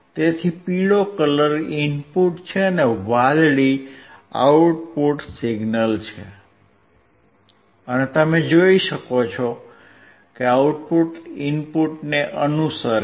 તેથી પીળો colour input છે અને વાદળી આઉટપુટ સિગ્નલ છે અને તમે જોઈ શકો છો કે આઉટપુટ ઇનપુટને અનુસરે છે